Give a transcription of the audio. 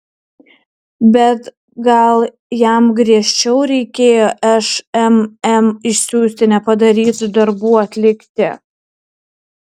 bet gal jam griežčiau reikėjo šmm išsiųsti nepadarytų darbų atlikti